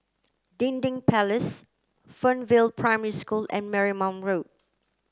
Dinding Place Fernvale Primary School and Marymount Road